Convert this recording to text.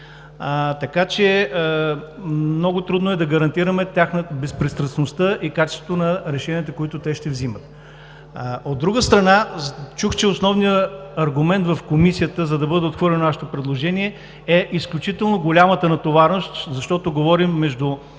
Така че много трудно е да гарантираме безпристрастността и качеството на решенията, които те ще вземат. От друга страна, чух, че основният аргумент в Комисията, за да бъде отхвърлено нашето предложение, е изключително голямата натовареност, защото говорим за между